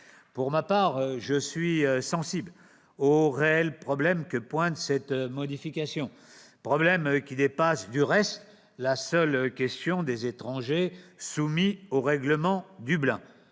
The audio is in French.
Pour ma part, je suis sensible au réel problème que pointe cette modification, problème qui, du reste, dépasse la seule question des étrangers soumis au règlement Dublin.